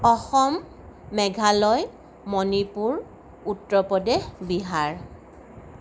Assam Meghalaya Manipur Uttar Pradesh Bihar